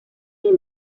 این